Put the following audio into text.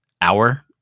hour